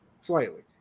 slightly